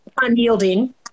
unyielding